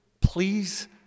please